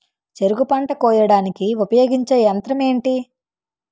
చెరుకు పంట కోయడానికి ఉపయోగించే యంత్రం ఎంటి?